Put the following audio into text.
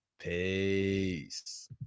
Peace